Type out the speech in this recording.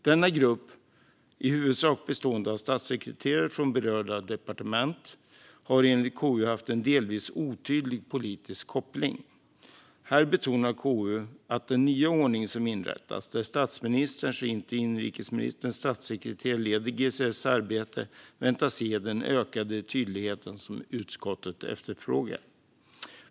Denna grupp, i huvudsak bestående av statssekreterare från berörda departement, har enligt KU haft en delvis otydlig politisk koppling. Här betonar KU att den nya ordning som inrättats, där statsministerns och inte inrikesministerns statssekreterare leder GSS arbete, väntas ge den ökade tydlighet som utskottet efterfrågar.